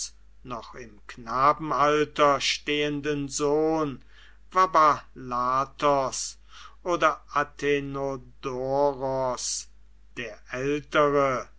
noch im knabenalter stehenden sohn vaballathos oder athenodoros der ältere